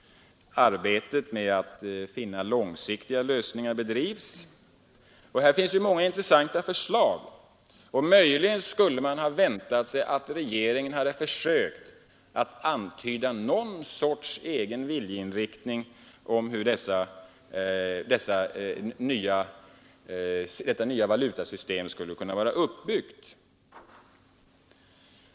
Arbetet på att finna långsiktiga lösningar bedrivs. Det finns här många intressanta förslag, och möjligen skulle man ha väntat sig att regeringen hade försökt antyda någon sorts viljeinriktning när det gäller utbyggnaden av detta nya valutasystem.